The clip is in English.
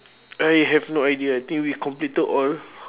I have no idea I think we completed all